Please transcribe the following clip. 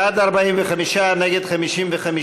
בעד 45, נגד, 55,